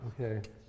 Okay